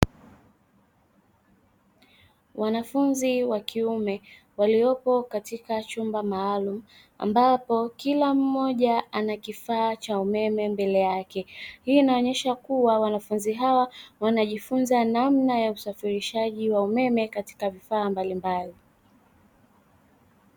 Wanafunzi wa kiume waliopo katika chumba maalumu ambapo kila mmoja ana kifaa cha umeme mbele yake, hii inaonyesha kuwa wanafunzi hawa wanajifunza namna ya usafirishaji wa umeme katika vifaa mbalimbali.